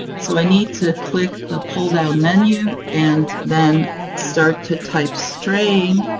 so i need to click the pull-down menu, and then start to type strain,